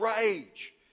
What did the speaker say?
rage